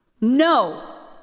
no